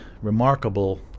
remarkable